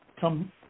come